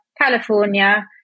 California